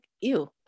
ew